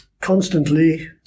constantly